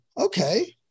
okay